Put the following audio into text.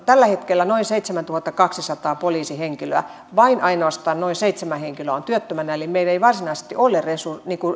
tällä hetkellä noin seitsemäntuhattakaksisataa poliisihenkilöä ja vain ainoastaan noin seitsemän henkilöä on työttömänä eli meillä ei varsinaisesti ole